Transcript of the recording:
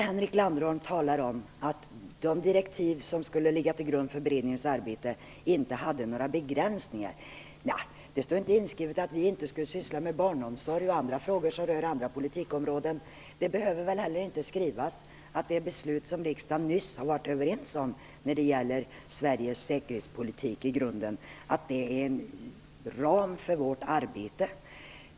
Henrik Landerholm talar om att de direktiv som skulle ligga till grund för beredningens arbete inte hade några begränsningar. Det står inte inskrivet att vi inte skulle syssla med barnomsorg och andra frågor som rör andra politikområden. Det behöver väl heller inte skrivas att ramen för vårt arbete är det beslut som riksdagen nyss har varit överens om när det gäller Sveriges säkerhetspolitik i grunden.